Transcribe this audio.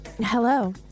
Hello